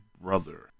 brother